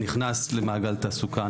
נכנס למעגל תעסוקה,